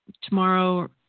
tomorrow